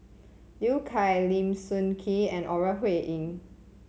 Liu Kang Lim Sun Gee and Ore Huiying